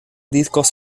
discos